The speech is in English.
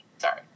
Sorry